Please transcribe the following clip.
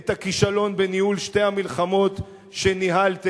את הכישלון בניהול שתי המלחמות שניהלתם,